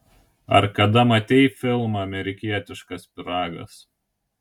ar kada matei filmą amerikietiškas pyragas